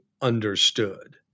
understood